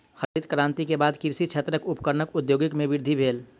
हरित क्रांति के बाद कृषि क्षेत्रक उपकरणक प्रौद्योगिकी में वृद्धि भेल